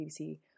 BBC